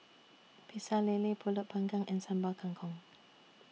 Pecel Lele Pulut Panggang and Sambal Kangkong